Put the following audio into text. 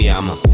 I'ma